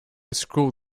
school